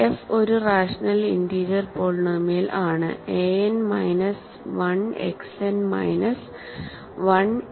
F ഒരു rational integer polynomial ആണ്a n minus 1 X n minus 1 a 1 X plus a 0